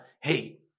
hey